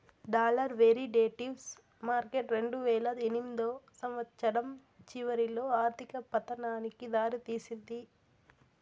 dollar derivatives market రెండువేల ఎనిమిదో సంవచ్చరం చివరిలో ఆర్థిక పతనానికి దారి తీసింది